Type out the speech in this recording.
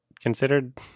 considered